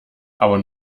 aber